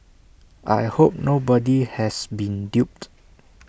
I hope nobody has been duped